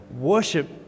Worship